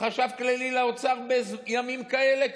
חשב כללי לאוצר בימים כאלה?